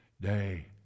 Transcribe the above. day